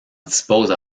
dispose